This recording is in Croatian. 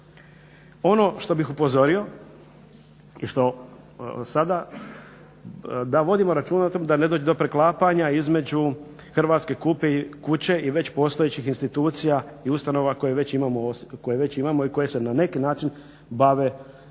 Ono što bih upozorio i što sada da vodimo računa da ne dođe do preklapanja između Hrvatske kuće i već postojećih institucija i ustanova koje već imamo i koje se na neki način bave ovim